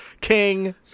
King